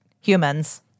humans